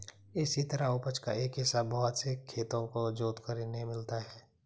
इसी तरह उपज का एक हिस्सा बहुत से खेतों को जोतकर इन्हें मिलता है